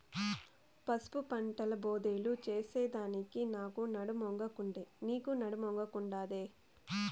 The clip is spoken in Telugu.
పసుపు పంటల బోదెలు చేసెదానికి నాకు నడుమొంగకుండే, నీకూ నడుమొంగకుండాదే